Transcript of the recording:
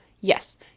yes